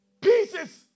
pieces